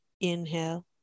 Inhale